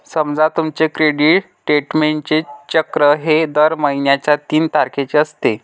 समजा तुमचे क्रेडिट स्टेटमेंटचे चक्र हे दर महिन्याच्या तीन तारखेचे असते